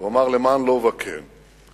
הוא אמר: למען לובה, כן.